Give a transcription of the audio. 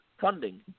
funding